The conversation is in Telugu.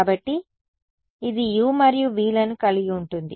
కాబట్టి ఇది u మరియు vలను కలిగి ఉంటుంది